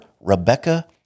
Rebecca